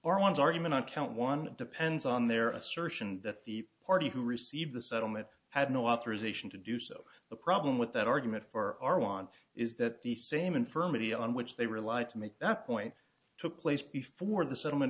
or one's argument on count one depends on their assertion that the party who received the settlement had no authorization to do so the problem with that argument for our want is that the same infirmity on which they relied to make that point took place before the settlement